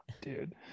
dude